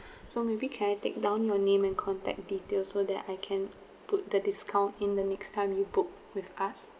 so maybe can I take down your name and contact details so that I can put the discount in the next time you book with us